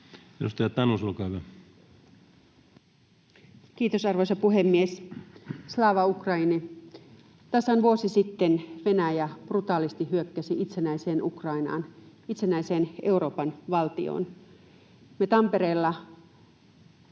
Time: 13:55 Content: Kiitos, arvoisa puhemies! Slava Ukraini! Tasan vuosi sitten Venäjä brutaalisti hyökkäsi itsenäiseen Ukrainaan, itsenäiseen Euroopan valtioon. Me Tampereella